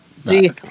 See